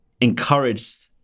encouraged